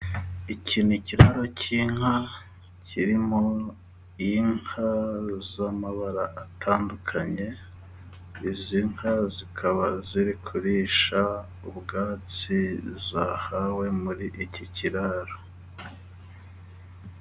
Iki ni ikiraro k'inka, kiririmo inka z'amabara atandukanye izi nka zikaba ziri kurisha ubwatsi zahawe muri iki kiraro.